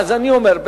אז אני אומר,